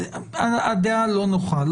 הדעה לא נוחה,